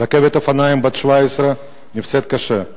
רוכבת אופניים בת 17 נפצעה קשה,